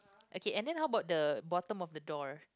okay and then how about the bottom of the door